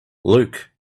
luke